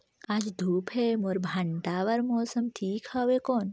आज धूप हे मोर भांटा बार मौसम ठीक हवय कौन?